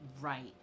Right